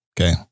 okay